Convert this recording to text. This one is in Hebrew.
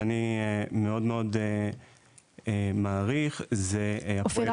שאני מאוד מעריך --- אופיר,